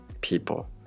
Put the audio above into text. people